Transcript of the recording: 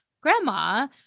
grandma